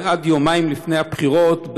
ועד יומיים לפני הבחירות,